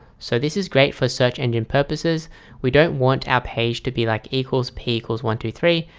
so this is great for search engine purposes we don't want our page to be like equals p equals. one, two, three,